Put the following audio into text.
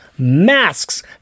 Masks